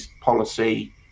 policy